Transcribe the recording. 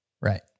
Right